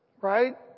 right